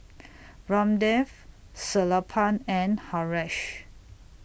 Ramdev Sellapan and Haresh